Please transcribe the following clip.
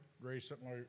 recently